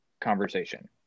conversation